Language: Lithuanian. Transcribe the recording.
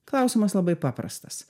klausimas labai paprastas